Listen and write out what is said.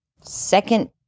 second